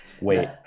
Wait